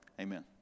Amen